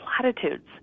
platitudes